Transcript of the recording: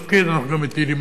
אנחנו גם מטילים עליהן מסים.